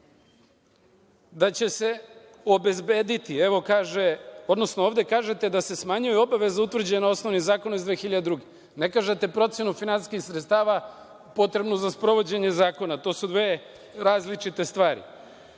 da će se obezbediti, odnosno ovde kažete da se smanjuju obaveze utvrđene osnovnim zakonom iz 2002. godine, a ne kažete procenu finansijskih sredstava potrebnu za sprovođenje zakona. To su dve različite stvari. Predlog